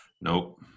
nope